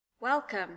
Welcome